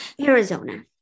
Arizona